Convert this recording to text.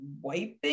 wiping